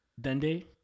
Dende